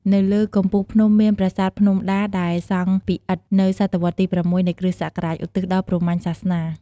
នៅលើកំពូលភ្នំមាន ប្រាសាទភ្នំដា ដែលសង់ពីឥដ្ឋនៅសតវត្សទី ៦ នៃគ.ស. ឧទ្ទិសដល់ព្រហ្មញ្ញសាសនា។